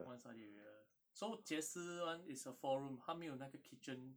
one study area so jie shi [one] is a four room 他没有那个 kitchen